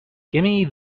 gimme